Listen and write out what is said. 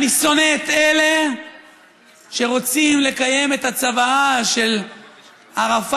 אני שונא את אלה שרוצים לקיים את הצוואה של ערפאת,